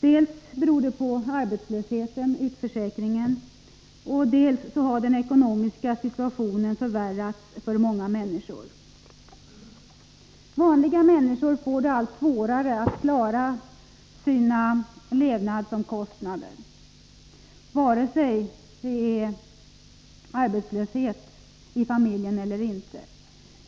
Dels beror det på arbetslösheten och utförsäkringen, dels på att den ekonomiska situationen har förvärrats för många människor. Vanliga människor får det allt svårare att klara sina levnadsomkostnader, vare sig någon i familjen är arbetslös eller inte.